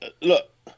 look